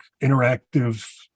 interactive